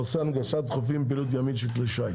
הנושא: הנגשת חופים לפעילות ימית של כלי שיט.